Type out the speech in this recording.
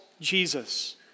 Jesus